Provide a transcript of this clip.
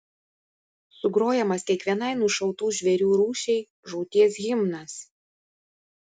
sugrojamas kiekvienai nušautų žvėrių rūšiai žūties himnas